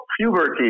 puberty